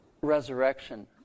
resurrection